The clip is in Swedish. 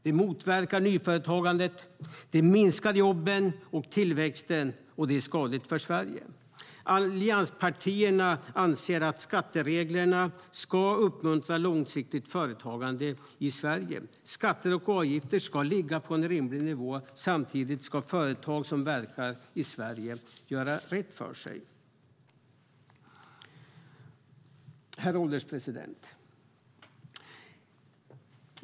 Det motverkar nyföretagandet, det minskar jobben och tillväxten och det är skadligt för Sverige. Allianspartierna anser att skattereglerna ska uppmuntra långsiktigt företagande i Sverige. Skatter och avgifter ska ligga på en rimlig nivå. Samtidigt ska företag som verkar i Sverige göra rätt för sig. Herr ålderspresident!